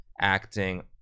acting